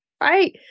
right